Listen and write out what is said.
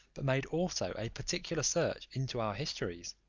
but made also a particular search into our histories.